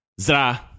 Zra